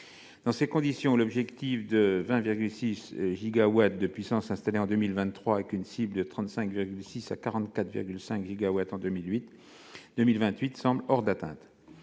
Dans ces conditions, l'objectif de 20,6 gigawatts de puissance installée en 2023, avec une cible de 35,6 gigawatts à 44,5 gigawatts en 2028, semble hors d'atteinte.